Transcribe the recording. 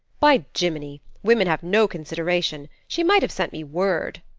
by gimminy! women have no consideration! she might have sent me word.